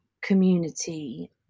community